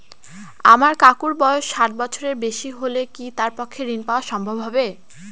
আমার কাকুর বয়স ষাট বছরের বেশি হলে কি তার পক্ষে ঋণ পাওয়া সম্ভব হবে?